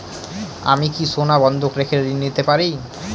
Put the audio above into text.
আমি কি সোনা বন্ধক রেখে ঋণ পেতে পারি?